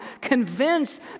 convinced